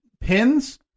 pins